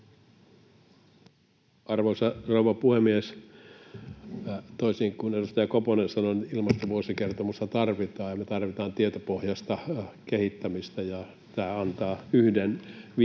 Arvoisa rouva puhemies! Toisin kuin edustaja Koponen sanoi, ilmastovuosikertomusta tarvitaan. Me tarvitaan tietopohjaista kehittämistä, ja tämä antaa yhden viitteen